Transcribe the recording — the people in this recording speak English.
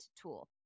tool